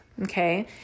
okay